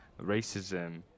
racism